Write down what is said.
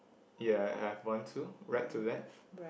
ya I had one too right to left